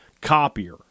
copier